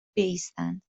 بایستند